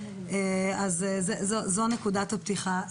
אז זו נקודת הפתיחה.